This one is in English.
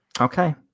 Okay